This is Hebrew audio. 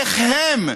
איך הם,